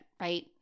right